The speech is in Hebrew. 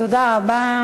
תודה רבה.